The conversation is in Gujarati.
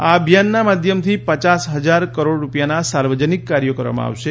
આ અભિયાનના માધ્યમથી પચાસ હજાર કરોડ રૂપિયાના સાર્વજનિક કાર્યો કરવામાં આવશે